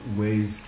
ways